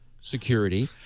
security